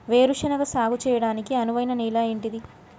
వేరు శనగ సాగు చేయడానికి అనువైన నేల ఏంటిది?